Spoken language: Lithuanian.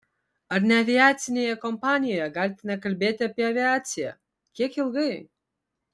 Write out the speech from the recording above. ar neaviacinėje kompanijoje galite nekalbėti apie aviaciją kiek ilgai